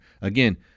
Again